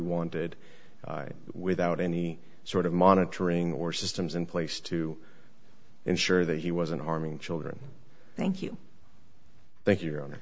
wanted without any sort of monitoring or systems in place to ensure that he wasn't harming children thank you thank you an